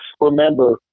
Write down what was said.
remember